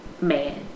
man